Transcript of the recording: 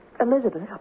Elizabeth